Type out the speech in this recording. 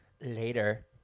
Later